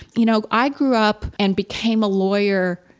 you know, i grew up and became a lawyer,